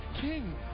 king